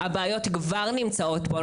הבעיות כבר נמצאות פה,